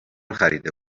خریده